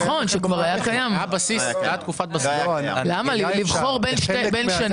נכון, זה כבר היה קיים, האפשרות לבחור בין שנים.